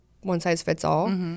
one-size-fits-all